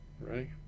right